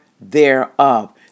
thereof